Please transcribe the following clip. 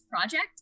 project